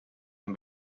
can